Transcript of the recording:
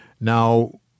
Now